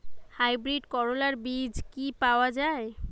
Hybrid করলার বীজ কি পাওয়া যায়?